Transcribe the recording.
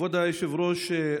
כבוד היושב-ראש,